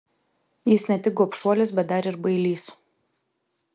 jis ne tik gobšuolis bet dar ir bailys